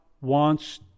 wants